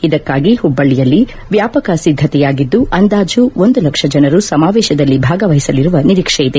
ಇದಕ್ಕಾಗಿ ಹುಬ್ಬಳ್ಳಿಯಲ್ಲಿ ವ್ಯಾಪಕ ಸಿದ್ದತೆಯಾಗಿದ್ದು ಅಂದಾಜು ಒಂದು ಲಕ್ಷ ಜನರು ಸಮಾವೇಶದಲ್ಲಿ ಭಾಗವಹಿಸಲಿರುವ ನಿರೀಕ್ಷೆ ಇದೆ